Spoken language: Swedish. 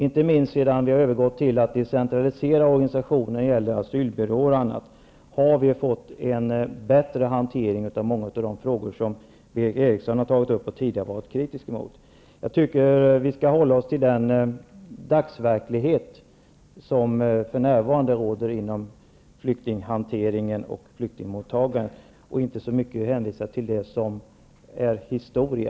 Inte minst sedan man har övergått till en decentralisering av organisationen när det gäller asylbyråer och annat har det blivit en bättre hantering av många av de frågor som Berith Eriksson har tagit upp och där hon tidigare varit kritisk. Jag tycker att vi skall hålla oss till den verklighet som för närvarande råder inom flyktinghanteringen och flyktingmottagandet och inte hänvisa så mycket till det som är historia.